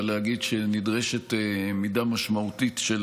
אבל להגיד שנדרשת מידה משמעותית של